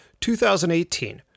2018